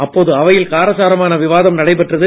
அப்போது அவையில் காரசாரமான விவாதம் நடைபெற்றது